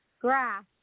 grass